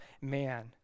man